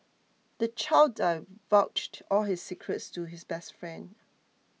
the child divulged all his secrets to his best friend